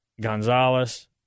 Gonzalez